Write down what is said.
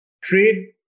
trade